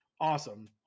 Awesome